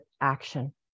action